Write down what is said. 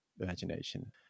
imagination